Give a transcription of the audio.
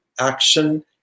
action